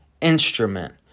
instrument